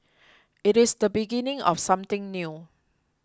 it is the beginning of something new